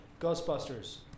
Ghostbusters